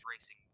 racing